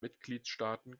mitgliedstaaten